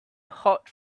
hot